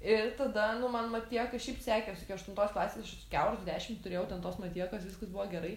ir tada nu man matieka šiaip sekės iki aštuntos klasės aš kiaurus dešim turėjau ten tos matiekos viskas buvo gerai